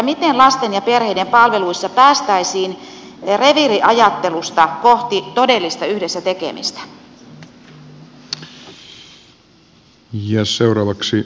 miten lasten ja perheiden palveluissa päästäisiin reviiriajattelusta kohti todellista yhdessä tekemistä